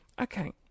Okay